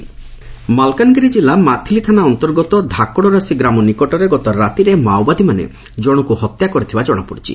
ମାଓବାଦୀଙ୍କ ହତ୍ୟା ମାଲକାନଗିରି ଜିଲ୍ଲା ମାଥିଲି ଥାନା ଅନ୍ତର୍ଗତ ଧାକଡ଼ରାଶି ଗ୍ରାମ ନିକଟରେ ଗତ ରାତିରେ ମାଓବାଦୀମାନେ ଜଶକୁ ହତ୍ୟା କରିଥିବା ଜଶାପଡ଼ିଛି